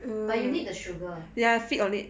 but you need the sugar